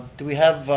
do we have